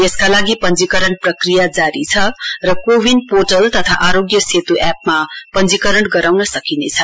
यसका लागि पञ्जीकरण प्रक्रिया जारी छ कोविन पोर्टल तथा आरोग्य सेतु एपमा पञ्जीकरण गराउन सकिनेछ